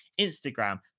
instagram